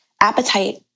appetite